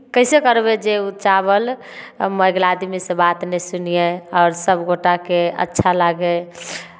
कइसे करबै जे ओ चावल हम अगिला आदमीसँ बात नहि सुनियै आओर सभ गोटाके अच्छा लागय